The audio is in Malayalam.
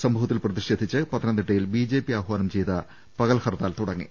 സംഭവത്തിൽ പ്രതിഷേധിച്ച് പത്തനംതിട്ടയിൽ ആഹ്വാനം ചെയ്ത പകൽ ഹർത്താൽ തുടങ്ങി